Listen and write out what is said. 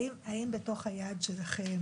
האם בתוך היעד שלכם